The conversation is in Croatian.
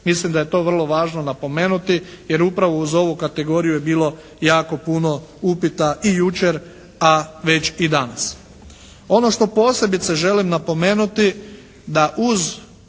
Mislim da je to vrlo važno napomenuti, jer upravo uz ovu kategoriju je bilo jako puno upita i jučer, a već i danas. Ono što posebice želim napomenuti da uz